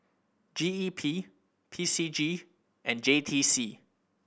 G E P P C G and J T C